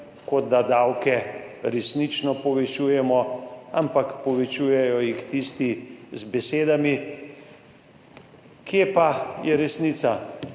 kot da davke resnično povečujemo, ampak povečujejo jih tisti z besedami. Kje pa je resnica?